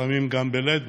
לפעמים גם בלית ברירה,